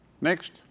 Next